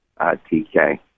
TK